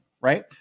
right